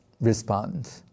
respond